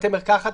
בתי מרקחת,